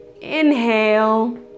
Inhale